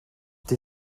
tes